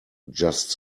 just